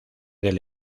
del